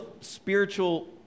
spiritual